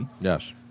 Yes